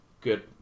good